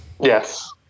Yes